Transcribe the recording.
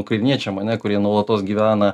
ukrainiečiam ane kurie nuolatos gyvena